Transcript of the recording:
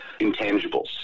intangibles